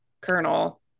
colonel